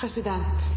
det er